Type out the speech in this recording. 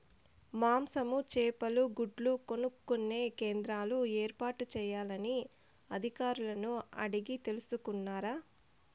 మాంసము, చేపలు, గుడ్లు కొనుక్కొనే కేంద్రాలు ఏర్పాటు చేయాలని అధికారులను అడిగి తెలుసుకున్నారా?